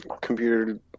computer